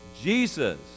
Jesus